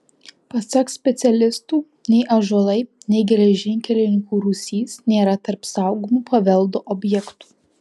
pasak specialistų nei ąžuolai nei geležinkelininkų rūsys nėra tarp saugomų paveldo objektų